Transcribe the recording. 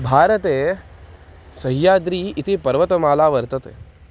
भारते सह्याद्री इति पर्वतमाला वर्तते